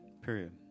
Period